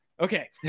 Okay